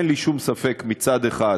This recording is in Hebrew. אין לי שום ספק מצד אחד